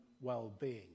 well-being